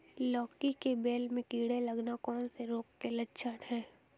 लौकी की बेल में कीड़े लगना कौन से रोग के लक्षण हैं?